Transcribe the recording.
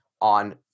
on